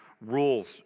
rules